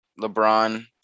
LeBron